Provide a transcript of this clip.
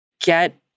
get